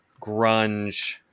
grunge